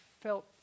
felt